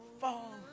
fall